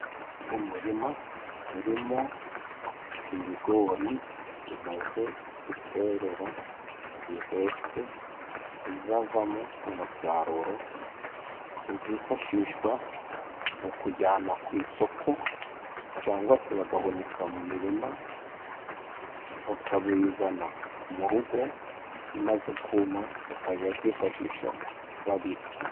Umurima urimo ibigori bimaze guterera bihetse bizavamo umusaruro uzifashishwa mu kujyana ku isoko, cyangwa se bagahunika mu mirima, bakawuzana mu rugo bimaze kuma bakajya babyifashisha babirya.